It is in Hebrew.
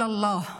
אללה.